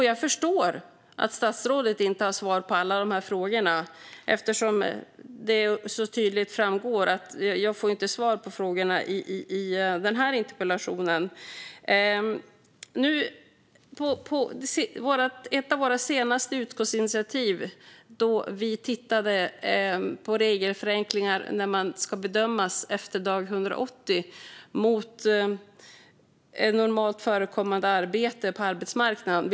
Jag förstår att statsrådet inte har svar på alla dessa frågor eftersom det så tydligt framgår att jag inte får svar på frågorna i min interpellation. I ett av våra senaste utskottsinitiativ tittade vi på regelförenklingar för när man ska bedömas efter dag 180 mot normalt förekommande arbete på arbetsmarknaden.